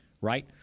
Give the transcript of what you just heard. right